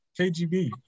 KGB